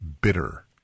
bitter